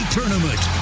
Tournament